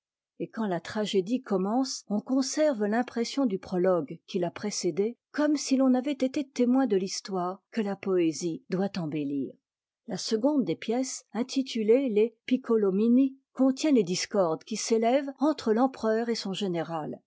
et quand la tragédie commence on conserve l'impression du prologue qui l'a précédée comme si l'on avait été témoin de l'histoire que la poésie doit embellir la seconde des pièces intitulée les piccolomini contient les discordes qui s'élèvent entre l'empereur et son général